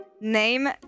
Name